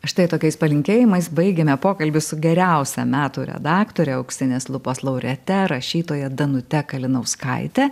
štai tokiais palinkėjimais baigėme pokalbį su geriausia metų redaktore auksinės lupos laureate rašytoja danute kalinauskaite